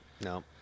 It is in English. no